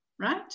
right